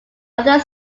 other